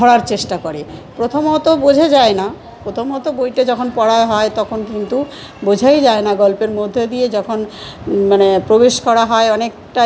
ধরার চেষ্টা করে প্রথমত বোঝা যায় না প্রথমত বইটা যখন পড়া হয় তখন কিন্তু বোঝাই যায় না গল্পের মধ্যে দিয়ে যখন মানে প্রবেশ করা হয় অনেকটা